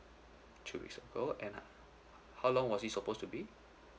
through whimsical and uh how long was it supposed to be